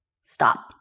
stop